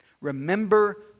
Remember